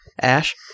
Ash